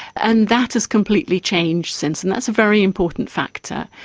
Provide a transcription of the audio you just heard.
and that has completely changed since, and that's a very important factor.